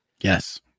Yes